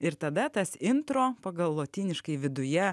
ir tada tas intro pagal lotyniškai viduje